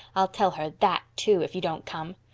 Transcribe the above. i'll tell her that, too, if you don't come.